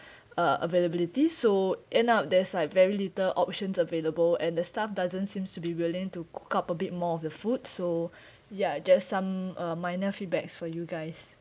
uh availability so end up there's like very little options available and the staff doesn't seems to be willing to cook up a bit more of the food so ya just some uh minor feedbacks for you guys